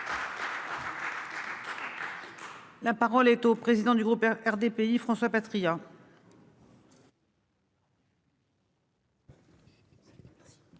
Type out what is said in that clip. La parole est au président du groupe RDPI François Patriat.